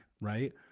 right